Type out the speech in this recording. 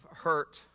hurt